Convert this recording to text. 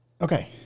Okay